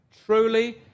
truly